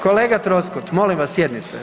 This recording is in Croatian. Kolega Troskot, molim vas sjednite.